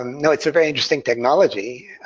um you know it's a very interesting technology,